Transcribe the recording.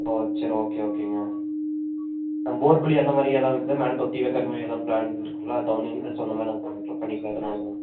ஓ சரி ஓகே ஓகேங்க போர் குழி அந்த மாரி எதாவது இருக்குதா மேலே தொட்டி வைக்கறமாரி எதாவது ப்ளான் கீது இருக்குங்களா அது திறந்திங்கனா அதுக்கு சொந்தமாக நாங்கள் பண்ணி தரோம் பண்ணிக்கலாம் அதுனால தான்